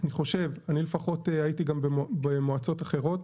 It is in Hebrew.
אני חושב, אני לפחות הייתי גם במועצות אחרות.